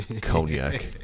cognac